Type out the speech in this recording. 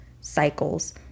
cycles